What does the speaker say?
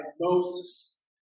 Moses